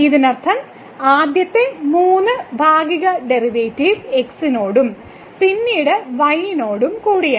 ഇതിനർത്ഥം ആദ്യത്തെ മൂന്ന് ഭാഗിക ഡെറിവേറ്റീവ് x നോടും പിന്നീട് y നോടും കൂടിയാണ്